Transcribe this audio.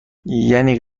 یعنی